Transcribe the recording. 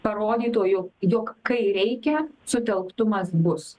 parodytų jog jog kai reikia sutelktumas bus